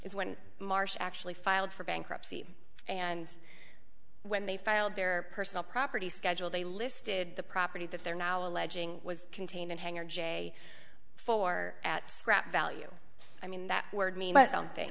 is when marsh actually filed for bankruptcy and when they filed their personal property schedule they listed the property that they're now alleging was contained in hangar j for at scrap value i mean that word mean something